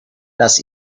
las